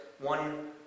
one